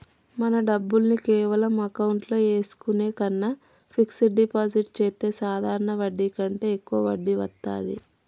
మన డబ్బుల్ని కేవలం అకౌంట్లో ఏసుకునే కన్నా ఫిక్సడ్ డిపాజిట్ చెత్తే సాధారణ వడ్డీ కంటే యెక్కువ వడ్డీ వత్తాది